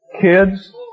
kids